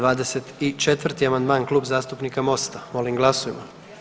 24. amandman Klub zastupnika Mosta, molim glasujmo.